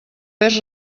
pes